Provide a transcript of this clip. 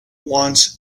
wants